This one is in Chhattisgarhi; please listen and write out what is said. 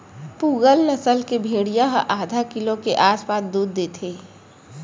पूगल नसल के भेड़िया ह आधा किलो के आसपास दूद देथे